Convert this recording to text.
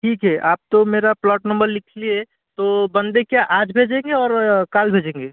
ठीक है आप तो मेरा प्लॉट नम्बर लिख लिए तो बन्दे क्या आज भेजेंगे और कल भेजेंगे